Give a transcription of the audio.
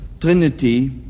Trinity